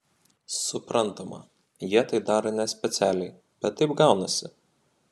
suprantama jie tai daro nespecialiai bet taip gaunasi